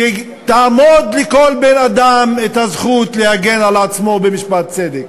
שתעמוד לכל בן-אדם הזכות להגן על עצמו במשפט צדק.